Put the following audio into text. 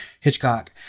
Hitchcock